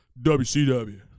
WCW